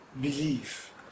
belief